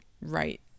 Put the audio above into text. right